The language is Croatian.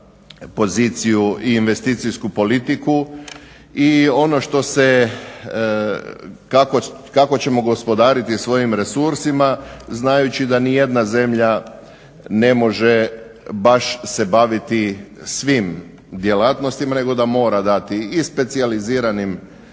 poziciju i investicijsku politiku. i ono što se kako ćemo gospodariti svojim resursima znajući da nijedna zemlja ne može baš se baviti svim djelatnostima nego da mora dati i specijaliziranim